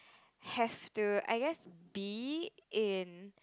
have to I guess be in